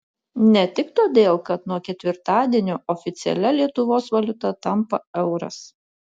ne tik todėl kad nuo ketvirtadienio oficialia lietuvos valiuta tampa euras